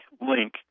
link